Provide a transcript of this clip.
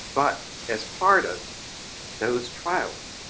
but as part of those trials,